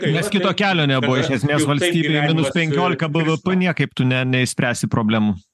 nes kito kelio nebuvo iš esmės valstybei minus penkiolika bvp niekaip tu ne neišspręsi problemų